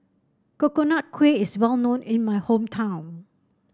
Coconut Kuih is well known in my hometown